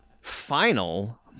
final